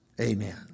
Amen